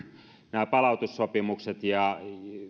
esille palautussopimukset ja